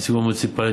השדה המוניציפלי.